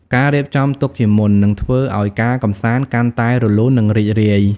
ការរៀបចំទុកជាមុននឹងធ្វើឲ្យការកម្សាន្តកាន់តែរលូននិងរីករាយ។